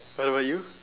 what about you